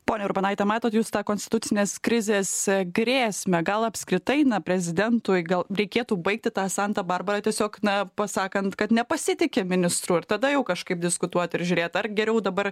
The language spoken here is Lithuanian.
ponia urbonaite matot jūs tą konstitucinės krizės grėsmę gal apskritai na prezidentui gal reikėtų baigti tą santą barbarą tiesiog na pasakant kad nepasitiki ministru ir tada jau kažkaip diskutuot ir žiūrėt ar geriau dabar